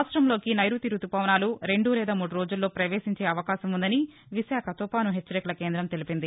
రాష్టంలోకి నైరుతి రుతుపవనాలు రెండు లేదా మూడు రోజుల్లో పవేశించే అవకాశం వుందని విశాఖ తుపాను హెచ్చరికల కేందం తెలిపంది